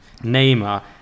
Neymar